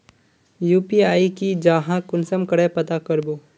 UPI की जाहा कुंसम करे पता करबो?